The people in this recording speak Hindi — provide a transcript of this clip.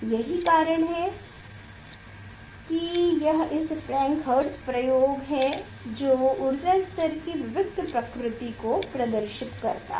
यही कारण है कि यह इस फ्रैंक हर्ट्ज प्रयोग है जो ऊर्जा स्तर की विवक्त प्रकृति को प्रदर्शित करता है